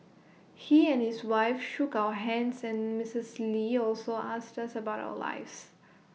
he and his wife shook our hands and misses lee also asked us about our lives